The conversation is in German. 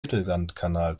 mittellandkanal